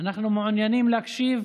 אנחנו מעוניינים להקשיב.